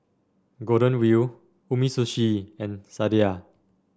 Golden Wheel Umisushi and Sadia